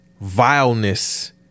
vileness